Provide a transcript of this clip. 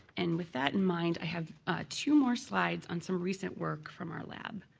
and with that in mind, i have two more slides on some recent work from our lab.